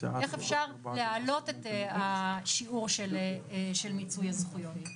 איך אפשר להעלות את השיעור של מיצוי הזכויות.